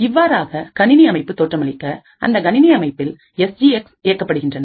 இவ்வாறாக கணினி அமைப்பு தோற்றமளிக்க அந்தக் கணினி அமைப்பில் எஸ் ஜி எக்ஸ் இயக்கப்படுகின்றன